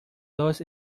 los